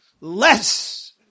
less